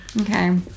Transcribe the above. okay